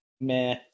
Meh